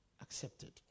accepted